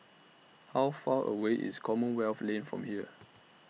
How Far away IS Commonwealth Lane from here